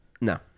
No